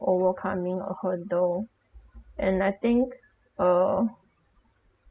overcoming a hurdle and I think uh